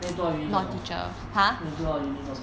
then 你读 liao uni 做什么 then 你读 liao uni 做什么